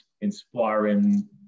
inspiring